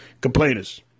Complainers